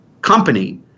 company